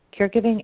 Caregiving